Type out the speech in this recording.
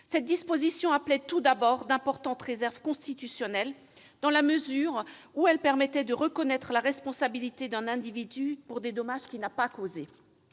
Cette disposition appelait, tout d'abord, d'importantes réserves constitutionnelles, dans la mesure où elle aurait permis de reconnaître la responsabilité d'un individu pour des dommages qu'il n'a pas causés.